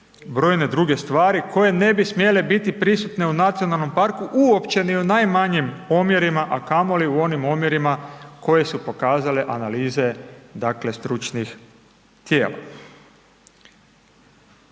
brojne druge stvari koje ne bi smjele biti prisutne u nacionalnom parku uopće ni u najmanjim omjerima, a kamoli u onim omjerima koje su pokazale analize dakle stručnih tijela.